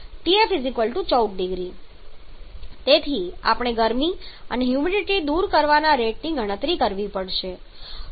Tf 14 0C તેથી આપણે ગરમી અને હ્યુમિડિટી દૂર કરવાના રેટ ની ગણતરી કરવી પડશે